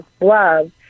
love